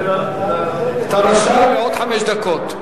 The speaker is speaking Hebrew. אתה רשאי לעוד חמש דקות.